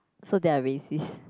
so they are racist